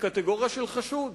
בקטגוריה של חשוד.